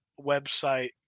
website